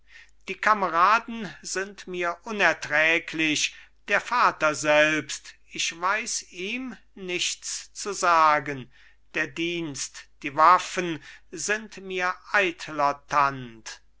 die kameraden sind mir unerträglich der vater selbst ich weiß ihm nichts zu sagen der dienst die waffen sind mir eitler tand